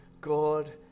God